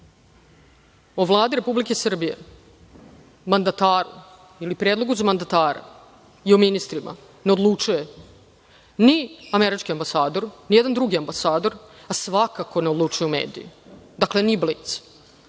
o Vladi Republike Srbije, mandataru ili predlogu za mandatara i o ministrima ne odlučuje ni američki ambasador, nijedan drugi ambasador, a svakako ne odlučuju mediji, dakle, ni Blic.